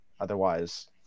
Otherwise